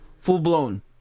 full-blown